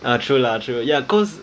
ah true lah true lah ya cause